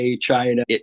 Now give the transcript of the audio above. China